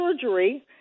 surgery